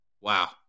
Wow